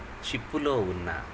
చిప్పులో ఉన్న